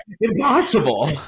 Impossible